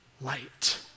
light